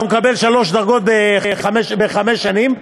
הוא מקבל שלוש דרגות בחמש שנים,